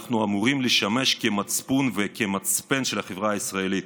אנחנו אמורים לשמש כמצפון וכמצפן של החברה הישראלית,